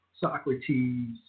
Socrates